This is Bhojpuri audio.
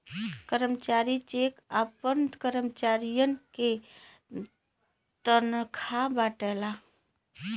कंपनी चेक से आपन करमचारियन के तनखा बांटला